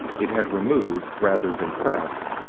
it had removed, rather than pressed,